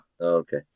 okay